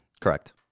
Correct